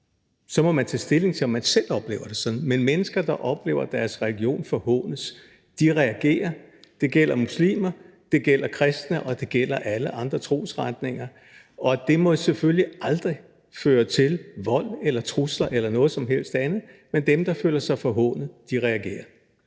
så må man tage stilling til, om man selv oplever det sådan – reagerer. Det gælder muslimer, det gælder kristne, og det gælder mennesker fra alle andre trosretninger. Det må selvfølgelig aldrig føre til vold eller trusler eller noget som helst andet, men dem, der føler sig forhånet, reagerer.